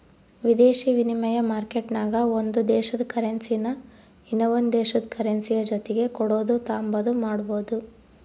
ವಿದೇಶಿ ವಿನಿಮಯ ಮಾರ್ಕೆಟ್ನಾಗ ಒಂದು ದೇಶುದ ಕರೆನ್ಸಿನಾ ಇನವಂದ್ ದೇಶುದ್ ಕರೆನ್ಸಿಯ ಜೊತಿಗೆ ಕೊಡೋದು ತಾಂಬಾದು ಮಾಡ್ಬೋದು